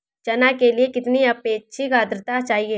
चना के लिए कितनी आपेक्षिक आद्रता चाहिए?